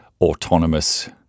autonomous